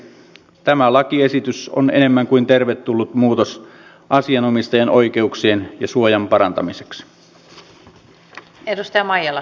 tämä lakiesitys on enemmän kuin tervetullut muutos asianomistajan oikeuksien ja suojan parantamiseksi